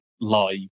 live